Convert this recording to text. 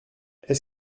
est